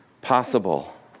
possible